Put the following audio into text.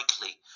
likely